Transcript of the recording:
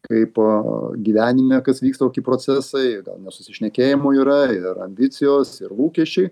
kaip gyvenime kas vyksta kokie procesai nesusišnekėjimų yra ir ambicijos ir lūkesčiai